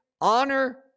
honor